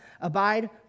abide